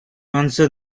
answer